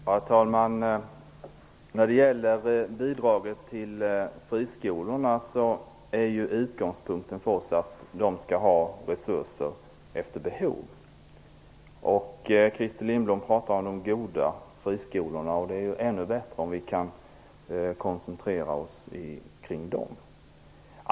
Herr talman! Utgångspunkten för oss socialdemokrater när det gäller bidraget till friskolorna är att friskolorna skall ha resurser efter behov. Christer Lindblom talade om de goda friskolorna. Det vore bra om vi kunde koncentrera oss kring dem.